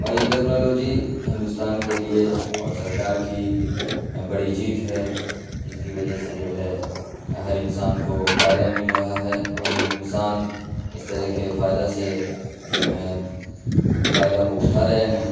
اور یہ ٹیکنالوجی ہندوستان کے لیے اور سرکار کی بڑی جیت ہے جس کی وجہ سے جو ہے ہر انسان کو فائدہ مل رہا ہے اور ہر انسان اس طرح کے فائدہ سے فائدہ کو اٹھا رہے ہیں